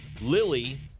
Lily